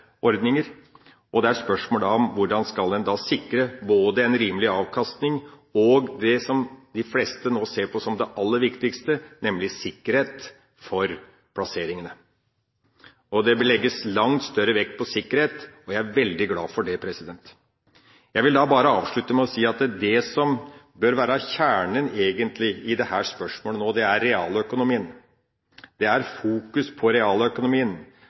og det er spørsmål om hvordan en da skal sikre både en rimelig avkastning og det som de fleste nå ser på som det aller viktigste, nemlig sikkerhet for plasseringene. Det legges langt større vekt på sikkerhet, og jeg er veldig glad for det. Jeg vil bare avslutte med å si at det som egentlig bør være kjernen i dette spørsmålet nå, er realøkonomien – det er fokus på realøkonomien.